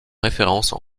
références